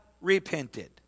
repented